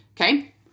Okay